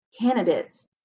candidates